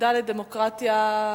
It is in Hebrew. היחידה לדמוקרטיה.